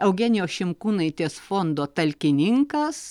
eugenijos šimkūnaitės fondo talkininkas